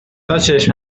تاچشم